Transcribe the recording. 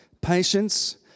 patience